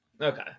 Okay